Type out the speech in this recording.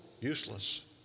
useless